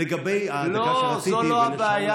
לגבי הדקה שרציתי, יקירי, לא, זו לא הבעיה.